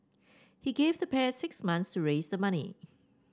he gave the pair six months to raise the money